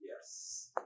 Yes